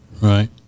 right